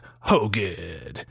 Hogan